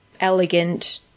elegant